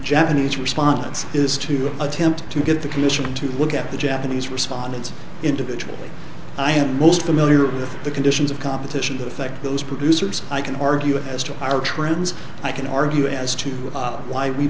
japanese response is to attempt to get the commission to look at the japanese respondents individually i am most familiar with the conditions of competition to affect those producers i can argue as to our trends i can argue as to why we